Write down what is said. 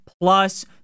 plus